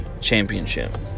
championship